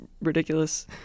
ridiculous